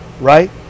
right